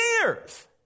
years